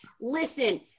Listen